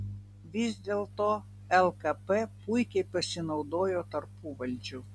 vis dėlto lkp puikiai pasinaudojo tarpuvaldžiu